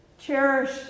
Cherish